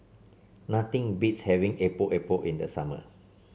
nothing beats having Epok Epok in the summer